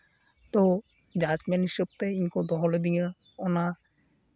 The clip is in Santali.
ᱛᱚ ᱡᱟᱡᱽᱢᱮᱱ ᱦᱤᱥᱟᱹᱵ ᱛᱮ ᱤᱧ ᱠᱚ ᱫᱚᱦᱚ ᱞᱤᱫᱤᱧᱟ ᱚᱱᱟ